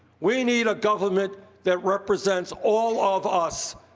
we need a government that represents all of us,